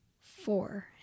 four